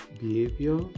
behavior